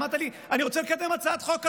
אמרת לי: אני רוצה לקדם הצעת חוק כזאת.